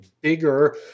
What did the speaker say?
bigger